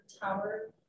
tower